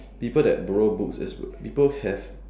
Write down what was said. people that borrow books as well people have